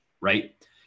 Right